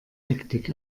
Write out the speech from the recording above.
hektik